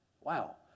Wow